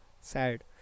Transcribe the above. Sad